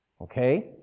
Okay